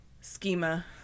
schema